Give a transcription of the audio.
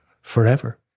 forever